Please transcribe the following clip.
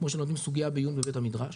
כמו שנותנים סוגיה בעיון בבית המדרש,